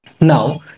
now